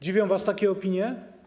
Dziwią was takie opinie?